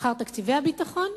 לאחר תקציבי הביטחון,